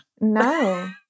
No